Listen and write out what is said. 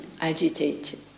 agitated